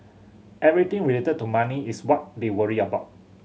everything related to money is what they worry about